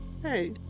Hey